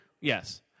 Yes